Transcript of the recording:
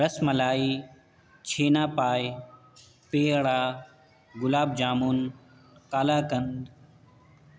رس ملائی چھینا پائے پیڑا گلاب جامن قلا قند